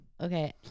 Okay